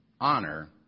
Honor